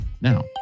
now